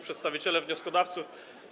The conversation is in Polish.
Przedstawiciele Wnioskodawców!